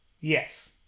Yes